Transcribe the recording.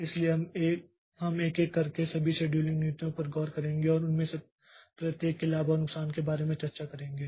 इसलिए हम एक एक करके सभी शेड्यूलिंग नीतियों पर गौर करेंगे और उनमें से प्रत्येक के लाभ और नुकसान के बारे में चर्चा करेंगे